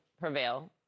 prevail